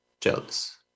jealous